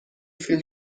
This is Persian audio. فیلم